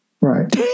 right